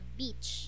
beach